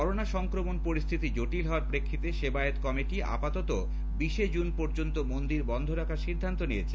corona সংক্রমণ পরিস্হিতি জটিল হওয়ার প্রেক্ষিতে সেবায়িত কমিটি আপাতত বিশে জুন পর্যন্ত মন্দির বন্ধ রাখার সিদ্ধান্ত নিয়েছে